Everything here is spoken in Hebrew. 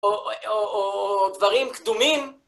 או דברים קדומים.